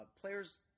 Players